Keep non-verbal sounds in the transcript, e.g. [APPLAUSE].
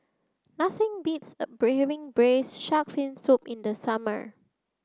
nothing beats [UNINTELLIGIBLE] having braised shark fin soup in the summer